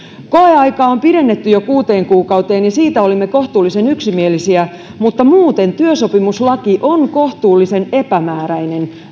koeaika on pidennetty jo kuuteen kuukauteen ja siitä olimme kohtuullisen yksimielisiä mutta muuten työsopimuslaki on kohtalaisen epämääräinen